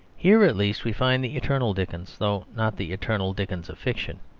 here, at least, we find the eternal dickens, though not the eternal dickens of fiction.